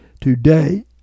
Today